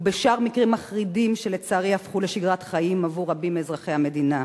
ובשאר מקרים מחרידים שלצערי הפכו לשגרת חיים עבור רבים מאזרחי המדינה.